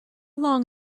long